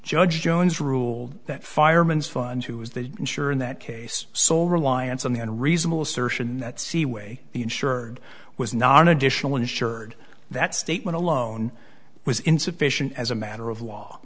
judge jones ruled that fireman's fund who is the insurer in that case sole reliance on the on reasonable assertion that seaway the insured was not an additional insured that statement alone was insufficient as a matter of law